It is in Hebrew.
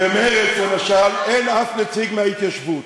במרצ, למשל, אין אף נציג מההתיישבות.